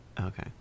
Okay